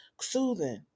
soothing